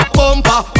bumper